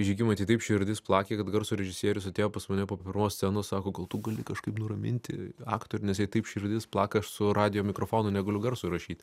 žygimantei taip širdis plakė kad garso režisierius atėjo pas mane po pirmos scenos sako gal tu gali kažkaip nuraminti aktorių nes jai taip širdis plaka aš su radijo mikrofonu negaliu garso įrašyt